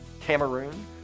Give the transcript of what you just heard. Cameroon